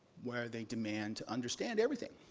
where they demand to understand everything,